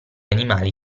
animali